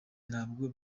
ntabwo